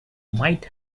might